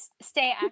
stay